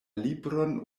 libron